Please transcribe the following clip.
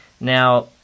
Now